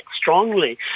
strongly